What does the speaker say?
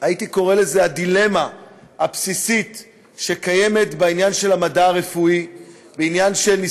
הייתי קורא לזה הדילמה הבסיסית שקיימת בעניין של המדע הרפואי,